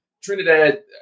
Trinidad